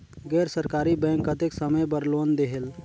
गैर सरकारी बैंक कतेक समय बर लोन देहेल?